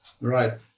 Right